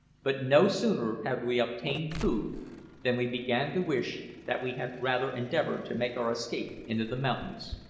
but no sooner had we obtained food than we began to wish that we had rather endeavoured to make our escape into the mountains.